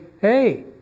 Hey